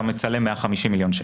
אתה מצלם 150,000,000 שקלים.